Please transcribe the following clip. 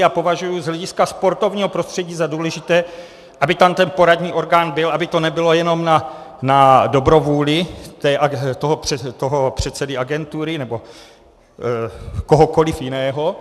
Já považuji z hlediska sportovního prostředí za důležité, aby tam ten poradní orgán byl, aby to nebylo jenom na dobrovůli toho předsedy agentury nebo kohokoliv jiného.